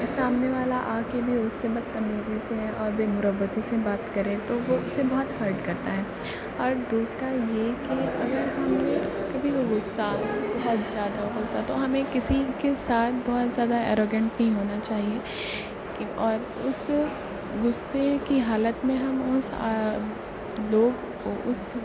سامنے والا آ کے بھی اس سے بد تمیزی سے اور بے مروتی سے بات کرے تو وہ اسے بہت ہرٹ کرتا ہے اور دوسرا یہ کہ اگر ہم نے کبھی غصہ آئے بہت زیادہ غصہ تو ہمیں کسی کے ساتھ بہت زیادہ ایروگینٹ نہیں ہونا چاہیے اور اس غصے کی حالت میں ہم اس لوگ کو اس